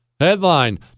Headline